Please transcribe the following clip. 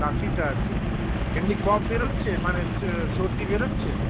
কাশিটা আছে এমনি কফ বেরোচ্ছে মানে সর্দি বেরোচ্ছে